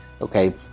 okay